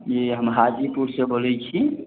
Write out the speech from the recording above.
जी हम हाजीपुरसे बोलै छी